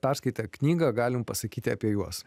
perskaitę knygą galim pasakyti apie juos